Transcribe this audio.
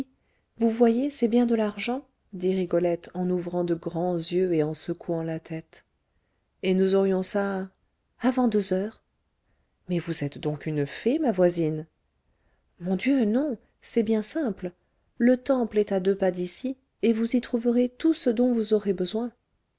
vous voyez c'est bien de l'argent dit rigolette en ouvrant de grands yeux et en secouant la tête et nous aurions ça avant deux heures mais vous êtes donc une fée ma voisine mon dieu non c'est bien simple le temple est à deux pas d'ici et vous y trouverez tout ce dont vous aurez besoin